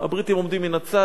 הבריטים עומדים מן הצד,